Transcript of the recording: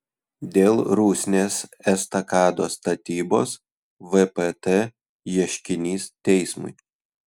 dėl rusnės estakados statybos vpt ieškinys teismui